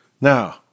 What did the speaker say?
Now